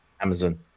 Amazon